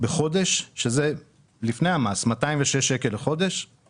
זה המסר שעובר במס הזה, וזה לא נכון.